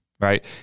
right